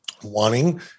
wanting